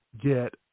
get